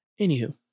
Anywho